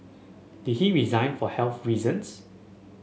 did he resign for health reasons